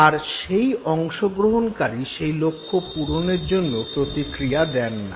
আর সেই অংশগ্রহনকারী সেই লক্ষ্য পূরণের জন্য প্রতিক্রিয়া দেন না